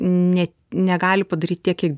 ne negali padaryt tiek kiek